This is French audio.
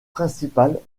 principales